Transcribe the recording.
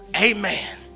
Amen